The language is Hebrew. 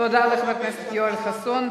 תודה לחבר הכנסת יואל חסון.